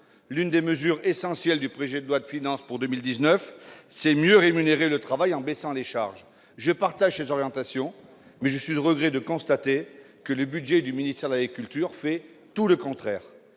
L'une des mesures essentielles du projet de loi de finances pour 2019, c'est une meilleure rémunération du travail par la baisse des charges. J'approuve ces orientations, mais je suis au regret de constater que le budget du ministère de l'agriculture fait tout le contraire.